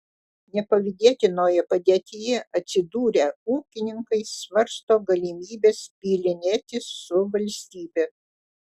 nepavydėtinoje padėtyje atsidūrę ūkininkai svarsto galimybes bylinėtis su valstybe